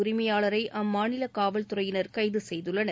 உரிமையாளரை அம்மாநில காவல்துறையினர் கைது செய்துள்ளனர்